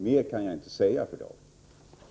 Mer kan jag för dagen inte säga till Per Israelsson.